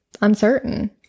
uncertain